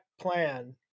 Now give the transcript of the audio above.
plan